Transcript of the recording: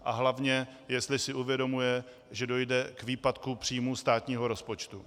A hlavně, jestli si uvědomuje, že dojde k výpadku příjmů státního rozpočtu.